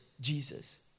Jesus